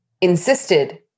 insisted